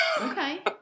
Okay